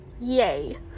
Yay